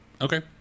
Okay